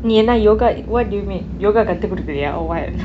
நீ என்ன:ni enna yoga what do you mean yoga கற்றுக்கொடுக்கிறியா:kattru kodukiraya or what